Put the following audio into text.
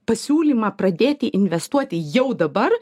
pasiūlymą pradėti investuoti jau dabar